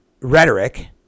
rhetoric